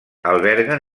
alberguen